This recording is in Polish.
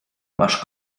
masz